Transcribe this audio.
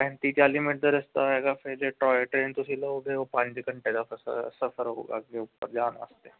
ਪੈਂਤੀ ਚਾਲੀ ਮਿੰਟ ਦਾ ਰਸਤਾ ਹੋਵੇਗਾ ਫਿਰ ਜੇ ਟੋਇ ਟ੍ਰੇਨ ਤੁਸੀਂ ਲਓਗੇ ਉਹ ਪੰਜ ਘੰਟੇ ਦਾ ਫਰ ਸਫ਼ਰ ਹੋਵੇਗਾ ਅੱਗੇ ਉੱਪਰ ਜਾਣ ਵਾਸਤੇ